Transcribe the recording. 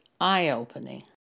eye-opening